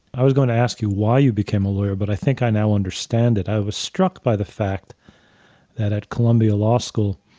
i was going to ask you why you became a lawyer, but i think i now understand it. i was struck by the fact that at columbia law school,